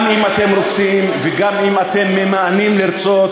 גם אם אתם רוצים וגם אם אתם ממאנים לרצות,